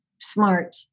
smart